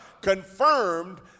confirmed